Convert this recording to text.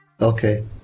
Okay